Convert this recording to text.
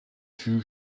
too